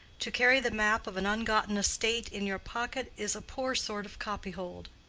to carry the map of an ungotten estate in your pocket is a poor sort of copyhold.